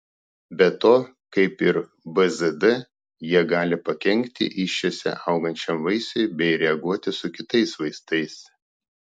be to kaip ir bzd jie gali pakenkti įsčiose augančiam vaisiui bei reaguoti su kitais vaistais